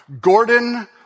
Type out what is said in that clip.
Gordon